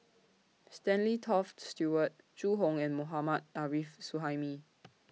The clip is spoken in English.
Stanley Toft Stewart Zhu Hong and Mohammad Arif Suhaimi